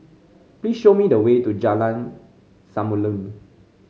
please show me the way to Jalan Samulun